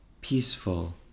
peaceful